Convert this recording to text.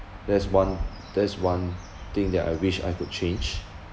that's one that's one thing that I wish I could change